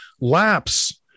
lapse